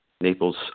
Naples